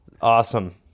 Awesome